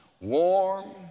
warm